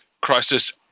crisis